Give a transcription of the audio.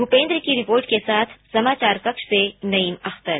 भूपेन्द्र की रिपोर्ट के साथ समाचार कक्ष से नईम अख्तर